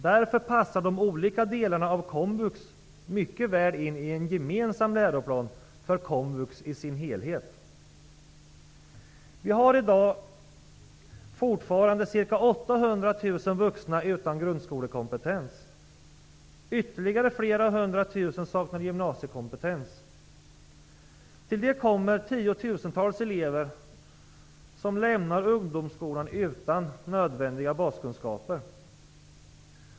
Därför passar de olika delarna av komvux mycket väl in i en gemensam läroplan för komvux i dess helhet. Det finns i dag fortfarande ca 800 000 vuxna som inte har grunskolekompetens. Ytterligare flera hundratusen saknar gymnasiekompetens. Till detta kommer att tiotesentals elever lämnar ungdomsskolan utan nödvändiga baskunskaper.